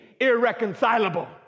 irreconcilable